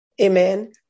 amen